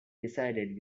decided